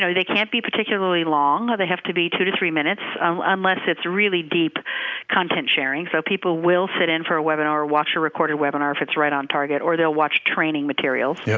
so they can't be particularly long, or they have to be two to three minutes unless it's really deep content sharing, so people will fit in for a webinar or watch a recorded webinar if it's right on target, or they'll watch training materials, yeah